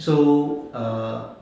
so err